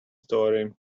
story